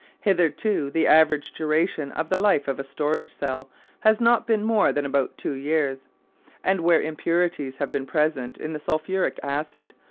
hitherto the average duration of the life of a storage cell has not been more than about two years and where impurities have been present in the sulphuric acid,